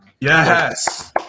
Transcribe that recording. yes